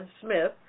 Smith